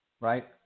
right